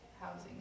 housing